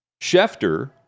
Schefter